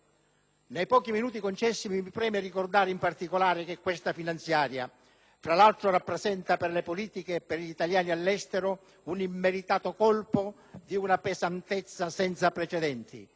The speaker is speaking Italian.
Nei pochi minuti concessimi mi preme ricordare in particolare che questa finanziaria, fra l'altro, rappresenta, per le politiche per gli italiani all'estero, un immeritato colpo di una pesantezza senza precedenti.